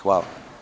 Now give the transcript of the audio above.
Hvala.